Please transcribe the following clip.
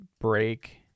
break